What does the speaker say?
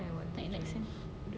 like next sem